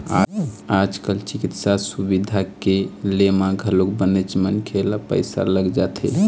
आज कल चिकित्सा सुबिधा के ले म घलोक बनेच मनखे ल पइसा लग जाथे